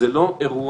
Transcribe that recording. זה לא אירוע